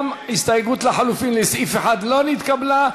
גם הסתייגות לחלופין לסעיף 1 לא נתקבלה.